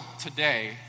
today